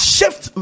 Shift